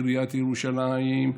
עיריית ירושלים,